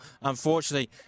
unfortunately